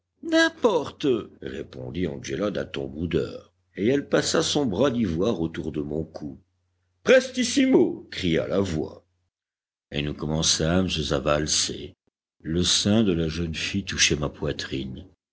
n'importe répondit angéla d'un ton boudeur et elle passa son bras d'ivoire autour de mon cou prestissimo cria la voix et nous commençâmes à valser le sein de la jeune fille touchait ma poitrine